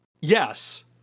yes